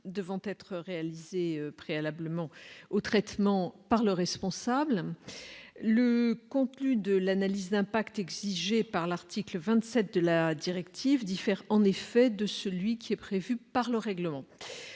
devant être réalisée préalablement au traitement par le responsable. En effet, le contenu de l'analyse d'impact exigé par l'article 27 de la directive diffère de celui qui est prévu par le règlement.